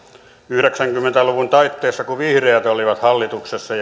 yhdeksänkymmentä luvun taitteessa vihreät olivat hallituksessa